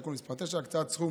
(תיקון מס' 9) (הקצאת סכום